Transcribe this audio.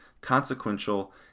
consequential